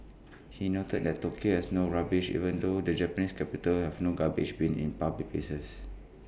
he noted that Tokyo has no rubbish even though the Japanese capital has no garbage bins in public places